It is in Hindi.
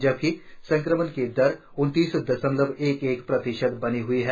जबकि संक्रमण की दर उनतीस दशमलव एक एक प्रतिशत बनी हुई है